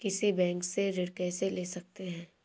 किसी बैंक से ऋण कैसे ले सकते हैं?